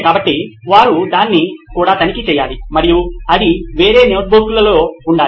కాబట్టి వారు దాన్ని కూడా తనిఖీ చేయాలి మరియు అది వేరే నోట్బుక్లో కూడా ఉండాలి